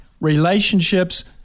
relationships